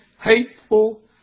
hateful